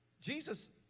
Jesus